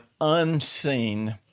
unseen